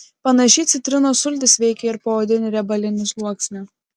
panašiai citrinos sultys veikia ir poodinį riebalinį sluoksnį